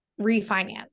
refinance